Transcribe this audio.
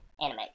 anime